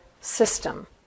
system